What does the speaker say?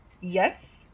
Yes